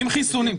עם חיסונים.